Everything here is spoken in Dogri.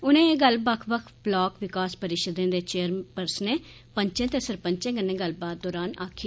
उन्ने एह गल्ल बक्ख बक्ख ब्लाक विकास परिषदें दे चेयरपर्सनें पंर्चे ते सरपंचें कन्नै गल्लबात दौरान आक्खी